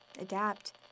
Adapt